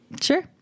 Sure